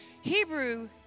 Hebrew